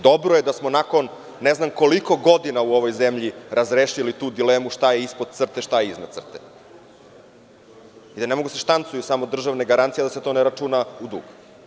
Dobro je da smo nakon ne znam koliko godina u ovoj zemlji razrešili tu dilemu šta je ispod crte, šta je iznad i da ne mogu da se štancuju samo državne garancije, a da se to ne računa u dug.